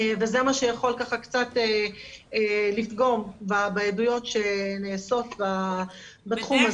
וזה מה שיכול קצת לפגום בעדויות שנאסוף בתחום הזה.